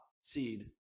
seed